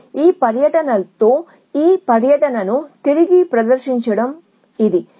కాబట్టి ఈ పర్యటనతో ఈ పర్యటనతో తిరిగి ప్రదర్శించడం ఇది